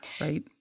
right